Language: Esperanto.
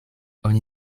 oni